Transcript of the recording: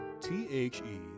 T-H-E